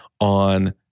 on